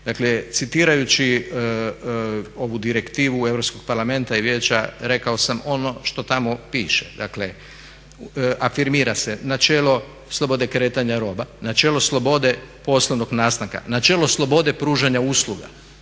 Dakle citirajući ovu direktivu Europskog parlamenta i Vijeća rekao sam ono što tamo piše. Dakle afirmira se načelo slobode kretanja roba, načelo slobode poslovnog nastanka, načelo slobode pružanja usluga.